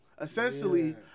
Essentially